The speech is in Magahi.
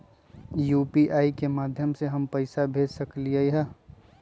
यू.पी.आई के माध्यम से हम पैसा भेज सकलियै ह?